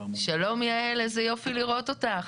שלום, יעל, איזה יופי לראות אותך.